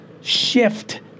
shift